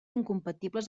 incompatibles